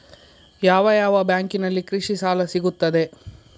ಯಾವ ಯಾವ ಬ್ಯಾಂಕಿನಲ್ಲಿ ಕೃಷಿ ಸಾಲ ಸಿಗುತ್ತದೆ?